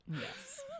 Yes